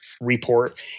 report